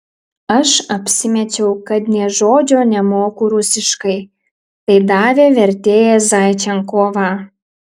aš apsimečiau kad nė žodžio nemoku rusiškai tai davė vertėją zaičenkovą